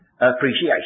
appreciation